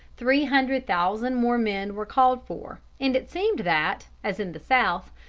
three hundred thousand more men were called for, and it seemed that, as in the south,